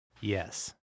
Yes